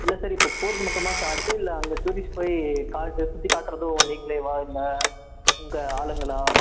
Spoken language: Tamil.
இல்லை சார் இப்போ போவது மட்டுமா சார்ஜ்ஜு இல்லை அங்கே டூரிஸ்ட் போய் காட்டி சுற்றி காட்டுறதும் நீங்களேவா இல்லை உங்கள் ஆளுங்களா